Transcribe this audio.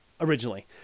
originally